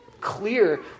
clear